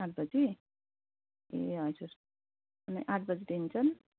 आठ बजी ए हजुर आठ बजीदेखि चाहिँ